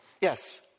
Yes